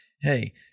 hey